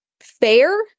fair